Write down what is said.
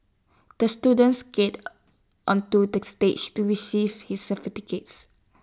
the student skated onto the stage to receive his certificate